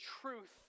truth